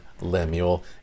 Lemuel